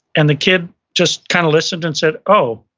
and the kid just kinda listened and said, oh.